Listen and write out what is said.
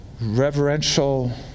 reverential